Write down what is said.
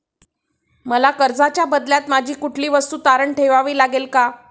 मला कर्जाच्या बदल्यात माझी कुठली वस्तू तारण ठेवावी लागेल का?